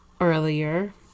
earlier